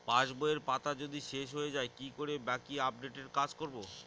পাসবইয়ের পাতা যদি শেষ হয়ে য়ায় কি করে বাকী আপডেটের কাজ করব?